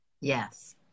Yes